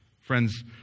Friends